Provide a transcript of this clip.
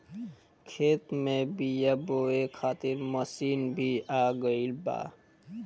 खेत में बीआ बोए खातिर मशीन भी आ गईल बा